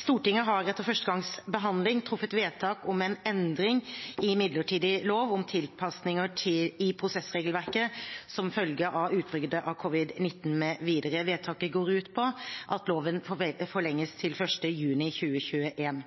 Stortinget har etter første gangs behandling truffet vedtak om en endring i midlertidig lov om tilpasninger i prosessregelverket som følge av utbruddet av covid-19 mv. Vedtaket går ut på at loven forlenges til 1. juni 2021.